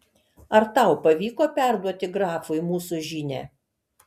ar tau pavyko perduoti grafui mūsų žinią